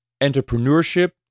Entrepreneurship